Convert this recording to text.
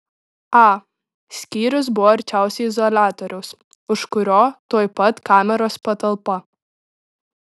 a skyrius buvo arčiausiai izoliatoriaus už kurio tuoj pat kameros patalpa